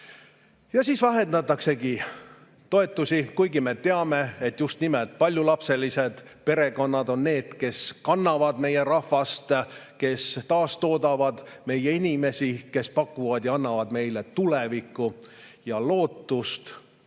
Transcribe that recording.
siis vähendataksegi toetusi, kuigi me teame, et just nimelt paljulapselised perekonnad on need, kes kannavad meie rahvast, kes taastoodavad meie inimesi, kes pakuvad ja annavad meile tulevikku ja lootust.